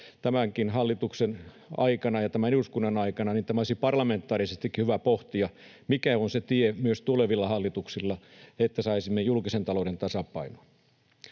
tämänkin hallituksen aikana ja tämän eduskunnan aikana, niin olisi parlamentaarisestikin hyvä pohtia, mikä on myös tulevilla hallituksilla se tie, jolla saisimme julkisen talouden tasapainoon.